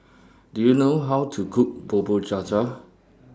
Do YOU know How to Cook Bubur Cha Cha